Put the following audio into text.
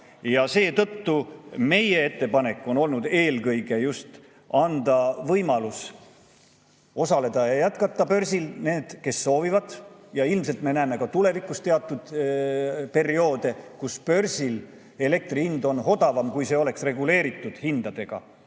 ja seetõttu meie ettepanek on olnud eelkõige just anda võimalus osaleda ja jätkata börsil neil, kes soovivad. Ilmselt me näeme ka tulevikus teatud perioode, kus börsil elektri hind on odavam, kui see oleks reguleeritud hindadega